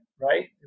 right